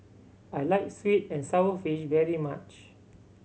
I like sweet and sour fish very much